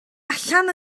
allan